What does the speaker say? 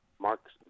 Mark's